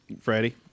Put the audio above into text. Freddie